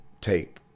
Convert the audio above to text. take